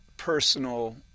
personal